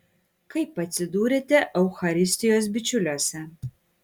kaip atsidūrėte eucharistijos bičiuliuose